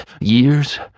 years